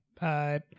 Bye